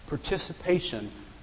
participation